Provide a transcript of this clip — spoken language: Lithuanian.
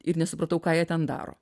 ir nesupratau ką jie ten daro